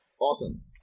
Awesome